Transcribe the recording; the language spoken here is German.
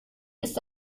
ist